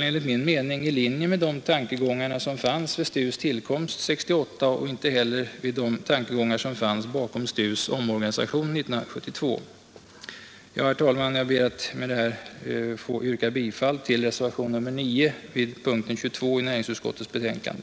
enligt min mening inte i linje med de tankegångar som fanns bakom STU:s tillkomst 1968 och inte heller med de tankegångar som fanns bakom STU:s omorganisation 1972. Herr talman! Jag ber att med det anförda få yrka bifall till reservationen 9 vid punkten 22 i näringsutskottets betänkande.